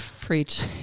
Preach